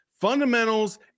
Fundamentals